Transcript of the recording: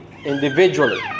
individually